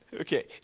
Okay